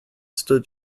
stood